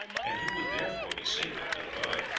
and you would therefore be safe at villeroy,